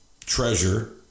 treasure